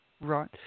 Right